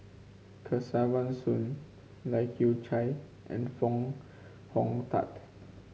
Kesavan Soon Lai Kew Chai and Foo Hong Tatt